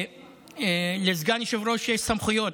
לסגן יושב-ראש יש סמכויות,